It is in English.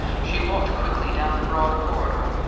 she walked quickly down the broad corridor,